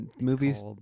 movies